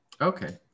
Okay